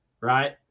right